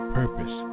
purpose